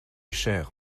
cher